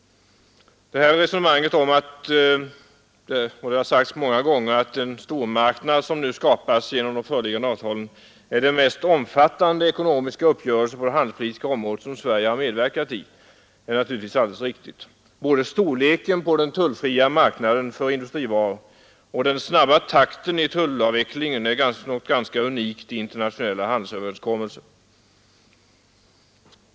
Det har sagts många gånger att genom de föreliggande avtalen skapas förutsättningar för den mest omfattande uppgörelse på det handelspolitiska området som Sverige har medverkat i. Både storleken av den tullfria marknaden för industrivaror och den snabba takten i tullavvecklingen är något ganska unikt i internationella handelsöverenskommelser.